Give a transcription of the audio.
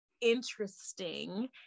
interesting